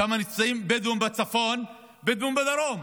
שם נמצאים בדואים בצפון, בדואים בדרום.